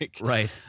Right